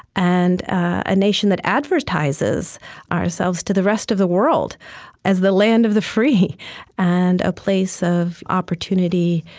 and a nation that advertises ourselves to the rest of the world as the land of the free and a place of opportunity,